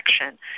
action